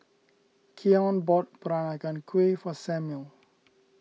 Keion bought Peranakan Kueh for Samuel